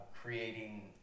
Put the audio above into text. creating